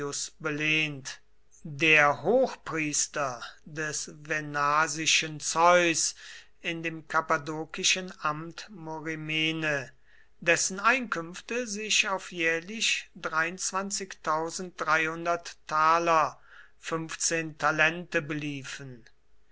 der hochpriester des venasischen zeus in dem kappadokischen amt morimene dessen einkünfte sich auf jährlich talente beliefen